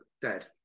dead